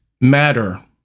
matter